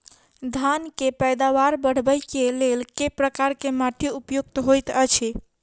धान केँ पैदावार बढ़बई केँ लेल केँ प्रकार केँ माटि उपयुक्त होइत अछि?